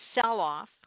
sell-off